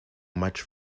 much